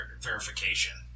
verification